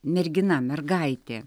mergina mergaitė